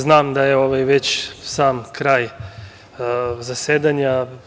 Znam da je već sam kraj zasedanja.